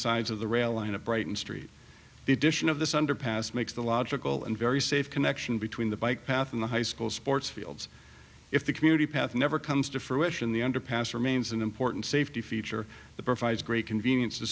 sides of the rail line of brighton street the addition of this underpass makes the logical and very safe connection between the bike path and the high school sports fields if the community path never comes to fruition the underpass remains an important safety feature the provides great convenience to